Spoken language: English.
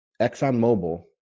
ExxonMobil